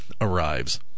arrives